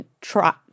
try